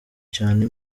cyane